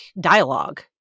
dialogue